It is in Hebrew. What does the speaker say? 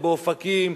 ובאופקים,